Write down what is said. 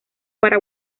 para